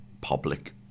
public